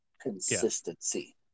Consistency